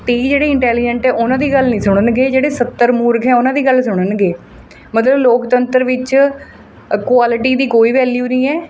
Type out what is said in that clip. ਤੀਹ ਜਿਹੜੇ ਇੰਟੈਲੀਜੈਂਟ ਹੈ ਉਹਨਾਂ ਦੀ ਗੱਲ ਨਹੀਂ ਸੁਣਨਗੇ ਜਿਹੜੇ ਸੱਤਰ ਮੂਰਖ ਹੈ ਉਹਨਾਂ ਦੀ ਗੱਲ ਸੁਣਨਗੇ ਮਤਲਬ ਲੋਕਤੰਤਰ ਵਿੱਚ ਅਕੁਆਲਿਟੀ ਦੀ ਕੋਈ ਵੈਲਿਊ ਨਹੀਂ ਹੈ